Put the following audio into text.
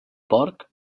porc